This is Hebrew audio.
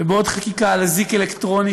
ובעוד חקיקה על אזיק אלקטרוני,